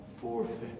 forfeit